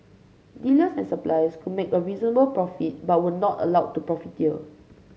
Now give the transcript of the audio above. dealers and suppliers could make a reasonable profit but were not allowed to profiteer